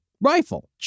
rifle